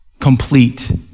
complete